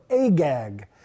Agag